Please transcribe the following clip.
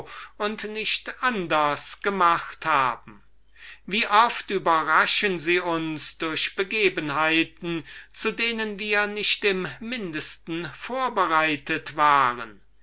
und nicht anders gemacht haben wie oft überraschen sie uns durch begebenheiten zu denen wir nicht im mindesten vorbereitet waren